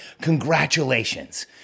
congratulations